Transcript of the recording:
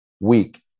week